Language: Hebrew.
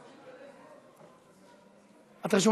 מוותרת,